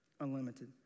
unlimited